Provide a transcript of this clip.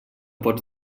pots